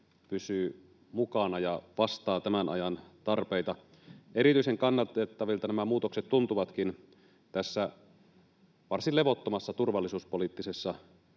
pysyy mukana ja vastaa tämän ajan tarpeita. Erityisen kannatettavilta nämä muutokset tuntuvatkin tässä varsin levottomassa turvallisuuspoliittisessa